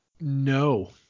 No